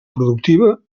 productiva